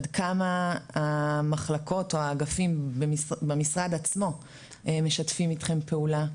עד כמה המחלקות או האגפים במשרד עצמו משתפים איתכם פעולה?